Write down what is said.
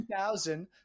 2000